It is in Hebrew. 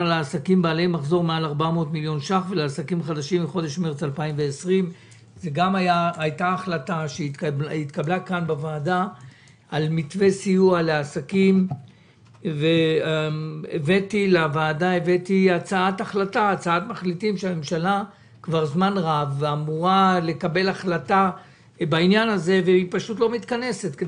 לעסקים בעלי מחזור מעל 400 מיליון ₪ ועסקים חדשים מחודש מרץ 2020. הממשלה כבר זמן רב אמורה לקבל החלטה בעניין ופשוט לא מתכנסת.